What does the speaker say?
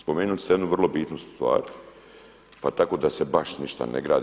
Spomenuli ste jednu vrlo bitnu stvar, pa tako da se baš ništa ne gradi.